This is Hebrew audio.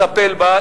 תטפל בה,